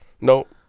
Nope